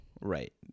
Right